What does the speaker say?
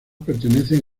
pertenecen